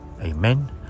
Amen